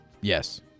yes